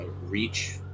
reach